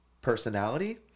personality